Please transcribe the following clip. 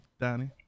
Danny